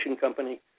company